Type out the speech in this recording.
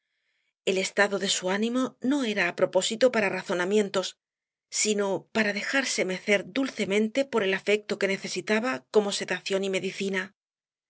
el estado de su ánimo no era á propósito para razonamientos sino para dejarse mecer dulcemente por el afecto que necesitaba como sedación y medicina